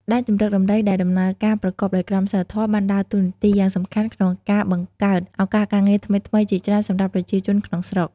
ដែនជម្រកដំរីដែលដំណើរការប្រកបដោយក្រមសីលធម៌ បានដើរតួនាទីយ៉ាងសំខាន់ក្នុងការបង្កើតឱកាសការងារថ្មីៗជាច្រើន សម្រាប់ប្រជាជនក្នុងស្រុក។